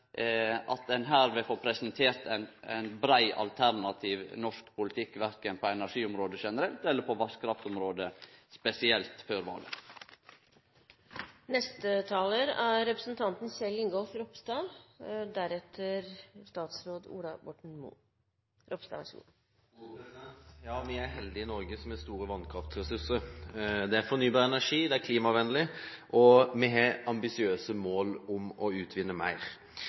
at ein her vil få presentert ein brei, alternativ norsk politikk, verken på energiområdet generelt eller på vasskraftområdet spesielt, før valet. Vi er heldige i Norge som har store vannkraftressurser. Det er fornybar energi, det er klimavennlig, og vi har ambisiøse mål om å utvinne mer.